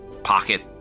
pocket